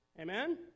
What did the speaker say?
amen